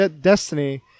Destiny